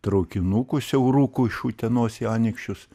traukinuku siauruku iš utenos į anykščius